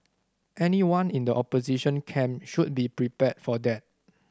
anyone in the opposition camp should be prepared for that